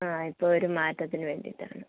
ആ ഇപ്പോൾ ഒരു മാറ്റത്തിന് വേണ്ടീട്ടാണ്